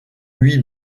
huit